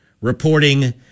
reporting